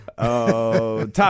Top